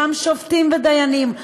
אותם שופטים ודיינים,